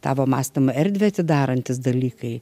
tavo mąstymo erdvę atidarantys dalykai